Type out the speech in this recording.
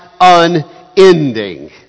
unending